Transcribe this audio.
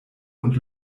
und